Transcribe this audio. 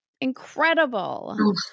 incredible